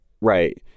Right